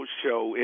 show